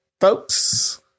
Folks